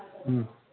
ꯎꯝ